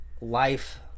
life